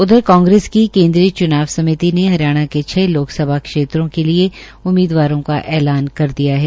उधर कांग्रेस की केन्द्रीय चुनाव समिति ने हरियाणा के छ लोकसभा क्षेत्रों के लिये उम्मीदवारों का ऐलान कर दिया है